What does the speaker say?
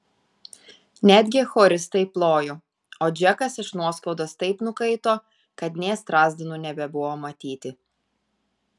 netgi choristai plojo o džekas iš nuoskaudos taip nukaito kad nė strazdanų nebebuvo matyti